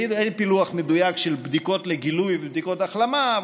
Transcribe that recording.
אין פילוח מדויק של בדיקות לגילוי ובדיקות החלמה,